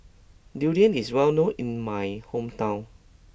Durian is well known in my hometown